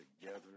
together